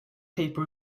paper